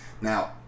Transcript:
Now